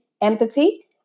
empathy